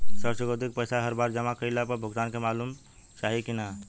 ऋण चुकौती के पैसा हर बार जमा कईला पर भुगतान के मालूम चाही की ना?